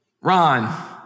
Ron